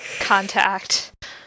contact